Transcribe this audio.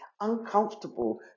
uncomfortable